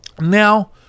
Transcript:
Now